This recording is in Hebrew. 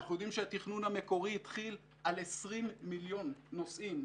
אנחנו יודעים שהתכנון המקורי התחיל על 20 מיליון נוסעים.